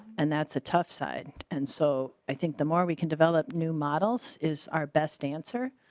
and that's a tough side and so i think the more we can develop new models is our best answer.